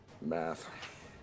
Math